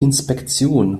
inspektion